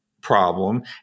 problem